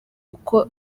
uko